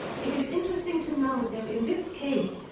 it is interesting to note that in this case,